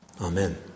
Amen